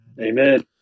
Amen